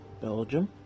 Belgium